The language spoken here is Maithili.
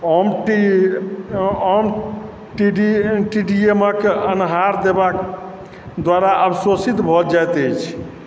आँमटी टी डी एम अक अन्हार देबाक द्वारा अवशोषित भऽ जाइत अछि